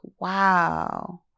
wow